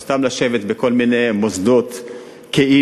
או סתם לשבת בכל מיני מוסדות כאילו,